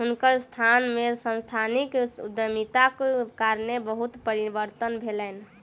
हुनकर संस्थान में सांस्थानिक उद्यमिताक कारणेँ बहुत परिवर्तन भेलैन